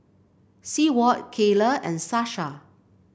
Seward Kaela and Sasha